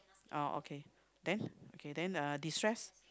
oh okay then okay then uh destress